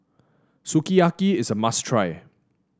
sukiyaki is a must try